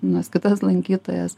vienos kitos lankytojos